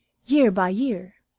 year by year.